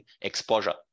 exposure